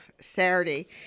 Saturday